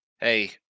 hey